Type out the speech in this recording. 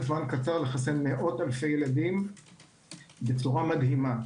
זמן קצר לחסן מאות אלפי ילדים בצורה מדהימה.